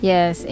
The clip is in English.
Yes